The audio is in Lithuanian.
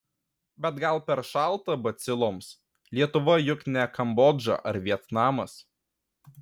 bet gal per šalta baciloms lietuva juk ne kambodža ar vietnamas